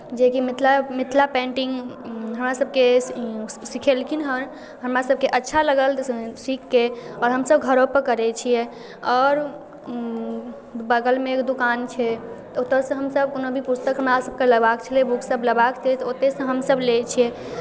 जेकि मिथिला मिथिला पेन्टिंग हमरासभके सिखेलखिन हेँ हमरासभके अच्छा लागल सीखि कऽ आओर हमसभ घरोपर करै छियै आओर बगलमे एगो दोकान छै ओतयसँ हमसभ कोनो भी पुस्तक हमरासभके लेबाक छलए बुकसभ लेबाक छलए तऽ ओतहिसँ हमसभ लै छियै